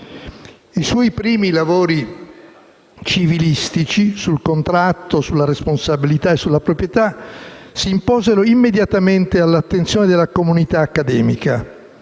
I suoi primi lavori civilistici sul contratto, sulla responsabilità e sulla proprietà, si imposero immediatamente all'attenzione della comunità accademica